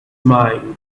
mine